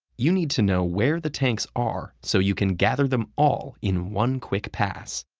you need to know where the tanks are so you can gather them all in one quick pass.